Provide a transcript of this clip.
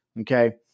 okay